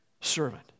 servant